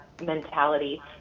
mentality